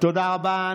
תודה רבה,